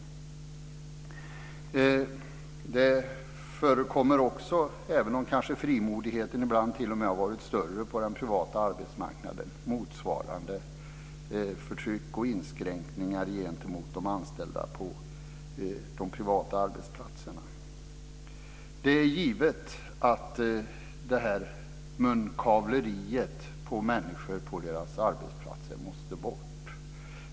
Motsvarande förtryck och inskränkningar förekommer också gentemot de anställda på de privata arbetsplatserna, även om frimodigheten ibland kanske t.o.m. har varit större på den privata arbetsmarknaden. Det är givet att det här munkavleriet på människor på deras arbetsplatser måste bort.